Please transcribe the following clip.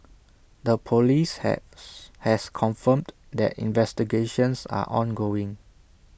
the Police has has confirmed that investigations are ongoing